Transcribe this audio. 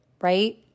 right